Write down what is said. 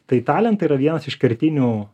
tai talentai yra vienas iš kertinių